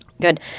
good